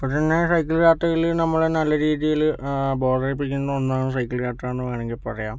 cycle യാത്രയില് നമ്മള് നല്ല രീതിയില് ബോറടിപ്പിക്കുന്ന ഒന്നാണ് സൈക്കിള് യാത്രാന്നു വേണെങ്കില് പറയാം